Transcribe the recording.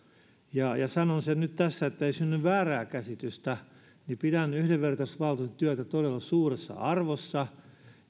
ja ja sanon sen nyt tässä niin että ei synny väärää käsitystä että pidän yhdenvertaisuusvaltuutetun työtä todella suuressa arvossa